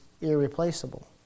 irreplaceable